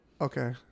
Okay